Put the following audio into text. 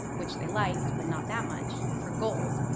which they liked but not that much, for gold,